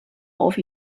auf